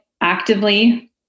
actively